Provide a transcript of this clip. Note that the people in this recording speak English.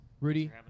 Rudy